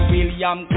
William